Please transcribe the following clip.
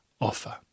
offer